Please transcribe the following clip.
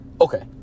Okay